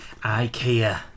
Ikea